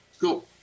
cool